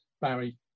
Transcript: Barry